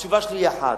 התשובה שלי היא אחת: